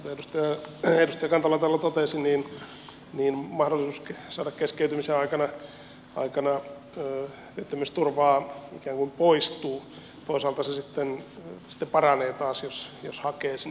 kuten edustaja kantola täällä totesi mahdollisuus saada keskeytymisen aikana työttömyysturvaa ikään kuin poistuu mutta toisaalta se sitten paranee taas jos hakee sinne yliopistoon